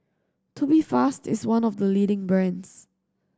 Tubifast is one of the leading brands